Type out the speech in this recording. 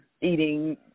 eating